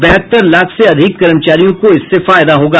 बहत्तर लाख से अधिक कर्मचारियों को इससे फायदा होगा